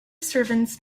servants